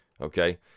Okay